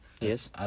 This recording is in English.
yes